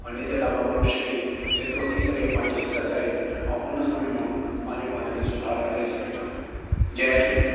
उनजे अलावा मनुष्य खे जेतिरो थी सघे पंहिंजी एक्सरसाइज़ ऐं उनसां बि माण्हू पंहिंजो पाण खे सुधारु करे सघे थो जय झूलेलाल